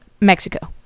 Mexico